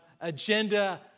agenda